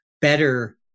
better